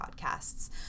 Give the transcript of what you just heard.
podcasts